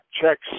checks